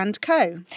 Co